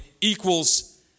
equals